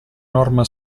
norma